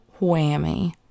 whammy